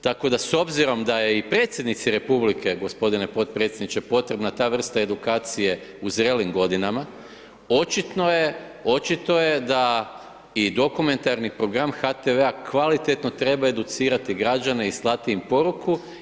Tako da s obzirom da je i predsjednici Republike, gospodine potpredsjedniče potrebna ta vrsta edukacije u zrelim godinama očito je da i dokumentarni program HTV kvalitetno treba educirati građane i slati im poruku.